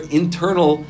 internal